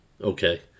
okay